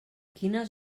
quines